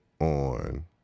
on